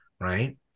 right